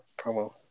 promo